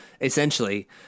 essentially